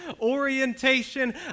orientation